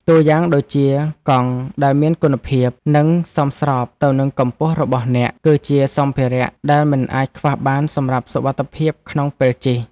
តួយ៉ាងដូចជា កង់ដែលមានគុណភាព និងសមស្របទៅនឹងកម្ពស់របស់អ្នក គឺជាសម្ភារៈដែលមិនអាចខ្វះបានសម្រាប់សុវត្ថិភាពក្នុងពេលជិះ។